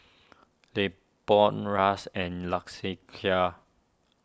Leopold Ras and